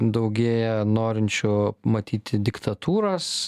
daugėja norinčių matyti diktatūras